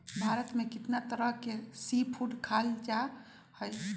भारत में कितना तरह के सी फूड खाल जा हई